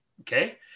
Okay